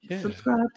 Subscribe